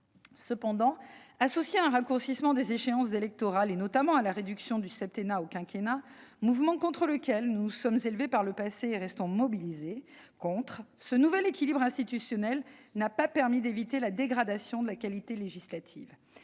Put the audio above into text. Cependant, associé à un raccourcissement des échéances électorales, notamment au passage du septennat au quinquennat, mouvement contre lequel nous nous sommes élevés par le passé et restons mobilisés, ce nouvel équilibre institutionnel n'a pas permis d'éviter la dégradation de la qualité législative.